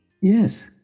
Yes